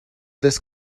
this